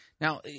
Now